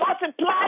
multiply